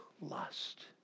lust